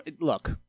Look